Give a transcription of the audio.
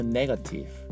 negative